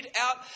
out